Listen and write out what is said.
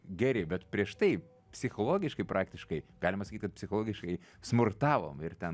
geri bet prieš tai psichologiškai praktiškai galima sakyt kad psichologiškai smurtavo ir ten